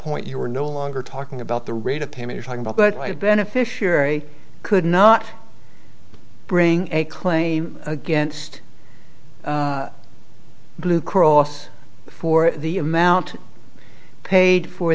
point you were no longer talking about the rate of pay me you're talking about but a beneficiary could not bring a claim against blue cross for the amount paid for